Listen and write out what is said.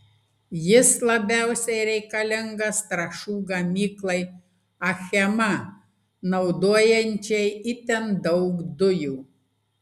jis labiausiai reikalingas trąšų gamyklai achema naudojančiai itin daug dujų